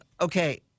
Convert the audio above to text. Okay